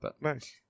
Nice